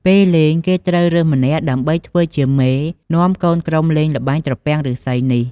ពេលលែង គេត្រូវរើសម្នាក់ ដើម្បីធ្វើជាមេ នាំកូនក្រុមលេងល្បែងត្រពាំងឬស្សីនេះ។